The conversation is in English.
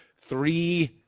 three